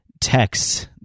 texts